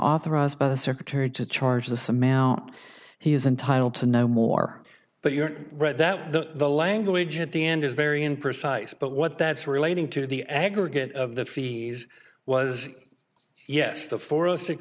authorized by the secretary to charge the some out he is entitled to know more but you're right that the the language at the end is very imprecise but what that's relating to the aggregate of the fees was yes the four or s